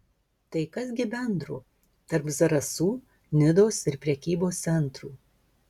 tai kas gi bendro tarp zarasų nidos ir prekybos centrų